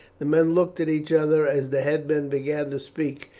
the men looked at each other as the headman began to speak,